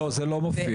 לא, זה לא מופיע.